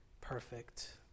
perfect